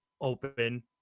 open